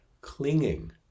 clinging